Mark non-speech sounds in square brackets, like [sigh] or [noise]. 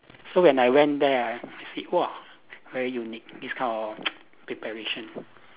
so when I went there ah I see !wah! very unique this kind of [noise] preparation